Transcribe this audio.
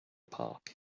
park